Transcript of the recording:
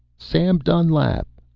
sam dunlap!